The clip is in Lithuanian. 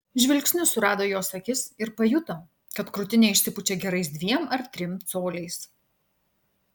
žvilgsniu surado jos akis ir pajuto kad krūtinė išsipučia gerais dviem ar trim coliais